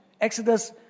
Exodus